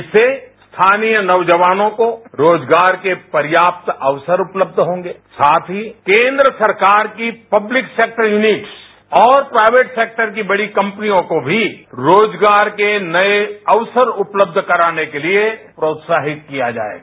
इससे स्थानीय नौजवानों को रोजगार के पर्याप्त अवसर को उपलब्ध होंगे औरसाथ ही केन्द्र सरकार की पब्लिक सेक्टर युनिट्स और प्राइवेट सेक्टर की बड़ी कंपनियॉको भी रोजगार के नए अवसर को उपलब्ध कराने के लिए प्रोत्साहित किया जाएगा